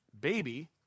baby